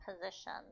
position